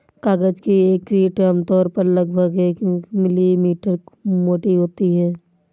कागज की एक शीट आमतौर पर लगभग एक मिलीमीटर मोटी होती है